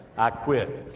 i quit.